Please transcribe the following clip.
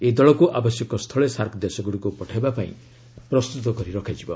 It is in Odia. ଏହି ଦଳକୁ ଆବଶ୍ୟକ ସ୍ଥଳେ ସାର୍କ ଦେଶଗୁଡ଼ିକୁ ପଠାଇବା ପାଇଁ ପ୍ରସ୍ତୁତ କରି ରଖାଯିବ